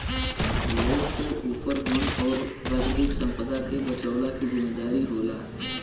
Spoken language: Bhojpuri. लोग के ऊपर वन और प्राकृतिक संपदा के बचवला के जिम्मेदारी होला